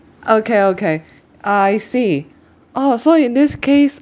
okay okay I see oh so in this case